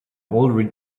already